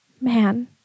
man